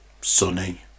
sunny